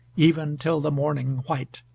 even till the morning white.